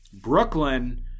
Brooklyn